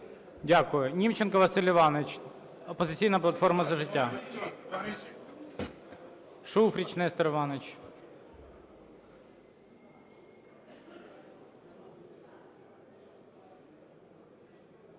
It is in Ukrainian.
Дякую. Німченко Василь Іванович, "Опозиційна платформа – За життя". Шуфрич Нестор Іванович.